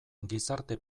gizarte